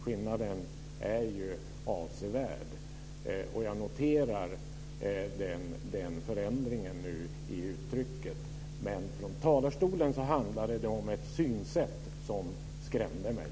Skillnaden är avsevärd, och jag noterar förändringen i uttrycket. Det synsätt som han gav uttryck för från talarstolen skrämde mig.